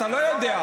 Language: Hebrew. אתה לא יודע?